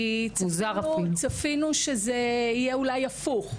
צפינו שזה יהיה הפוך.